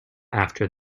after